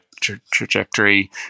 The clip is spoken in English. trajectory